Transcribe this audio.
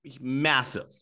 massive